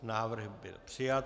Návrh byl přijat.